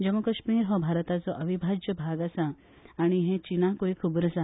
जम्मू काश्मीर हो भारताचो अविभाज्य भाग आसा आनी हे चीनाकुय खबर आसा